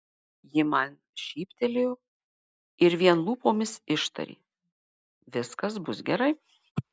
ji man šyptelėjo ir vien lūpomis ištarė viskas bus gerai